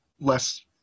less